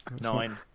Nine